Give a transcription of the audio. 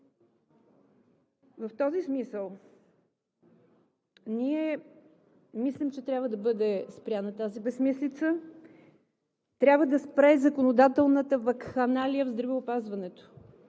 В този смисъл ние мислим, че трябва да бъде спряна тази безсмислица. Трябва да спре законодателната вакханалия в здравеопазването.